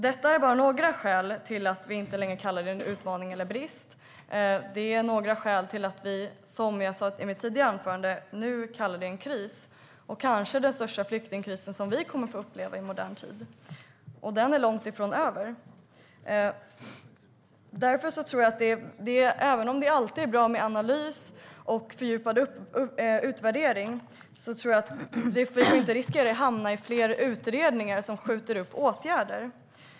Detta är bara några skäl till att vi inte längre kallar det en utmaning eller brist. Det är några skäl till att vi, som jag sa i mitt tidigare anförande, nu kallar det en kris. Det är kanske den största flyktingkris som vi kommer att få uppleva i modern tid, och den är långt ifrån över. Även om det alltid är bra med analys och fördjupad utvärdering får vi inte riskera att hamna i fler utredningar som skjuter upp åtgärder.